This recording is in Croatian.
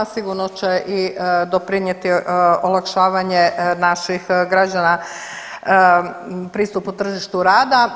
Sigurno će i doprinijeti olakšavanje naših građana pristupu tržištu rada.